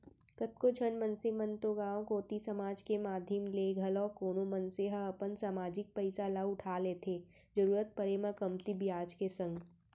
कतको झन मनसे मन तो गांव कोती समाज के माधियम ले घलौ कोनो मनसे ह अपन समाजिक पइसा ल उठा लेथे जरुरत पड़े म कमती बियाज के संग